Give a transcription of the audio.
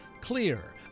Clear